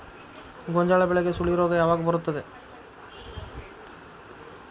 ಗೋಂಜಾಳ ಬೆಳೆಗೆ ಸುಳಿ ರೋಗ ಯಾವಾಗ ಬರುತ್ತದೆ?